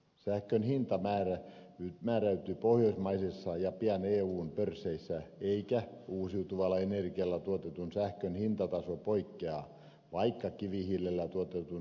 sähkön hinta määräytyy pohjoismaisessa ja pian eun pörsseissä eikä uusiutuvalla energialla tuotetun sähkön hintataso poikkea vaikkapa kivihiilellä tuotetun sähkön hinnasta